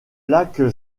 lac